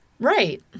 Right